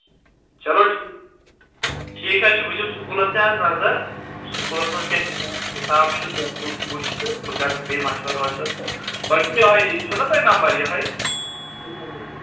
چلو ٹھیٖک ٹھیٖک حظ چھُ بہٕ دِمہٕ سکوٗلَس تہِ حظ نظر سکوٗلَس منٛز کیٛاہ حِساب حِساب چھُ تہٕ بہٕ وٕچھِ تہٕ بہٕ کَرٕ بیٚیہِ مَشوَر وشور تہٕ تۄہہِ چھُو یِہوٚے چھُنا تۄہہِ نمبر یِہوٚے